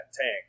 tank